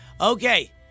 Okay